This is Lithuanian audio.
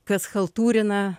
kas chalturina